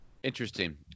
Interesting